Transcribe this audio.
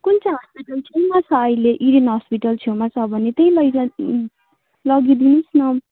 कुन चाहिँ हस्पिटल छेउमा छ अहिले इडेन हस्पिटल छेउमा छ भने त्यहीँ लैजाई लगिदिनोस् न